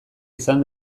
izan